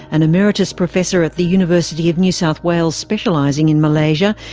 an emeritus professor at the university of new south wales specialising in malaysia,